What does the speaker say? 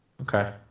Okay